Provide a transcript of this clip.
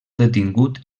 detingut